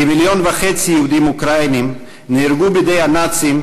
כמיליון וחצי יהודים אוקראינים נהרגו בידי הנאצים,